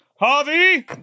Harvey